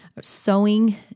sewing